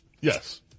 Yes